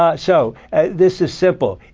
ah so this is simple.